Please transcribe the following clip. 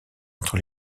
entre